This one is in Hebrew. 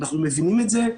אנחנו מבינים את זה.